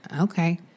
Okay